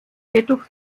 jedoch